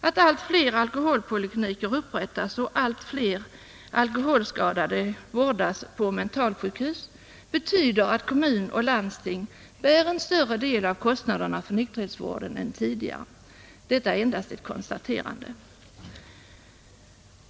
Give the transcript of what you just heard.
Att allt fler alkoholpolikliniker upprättas och att allt fler alkoholskadade vårdas på mentalsjukhus betyder att kommun och landsting bär en större del av kostnaderna för nykterhetsvården än tidigare. Detta är endast ett konstaterande.